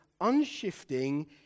unshifting